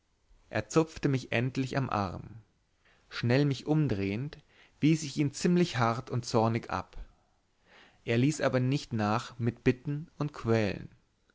er zupfte mich endlich am arm schnell mich umdrehend wies ich ihn ziemlich hart und zornig ab er ließ aber nicht nach mit bitten und quälen